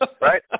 right